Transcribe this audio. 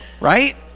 Right